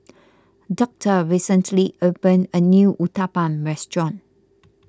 Doctor recently opened a new Uthapam restaurant